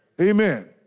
Amen